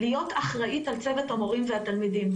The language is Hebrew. להיות אחראית על צוות המורים והתלמידים.